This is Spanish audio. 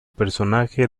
personaje